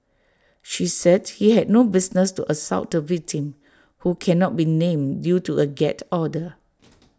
she said he had no business to assault the victim who cannot be named due to A gag order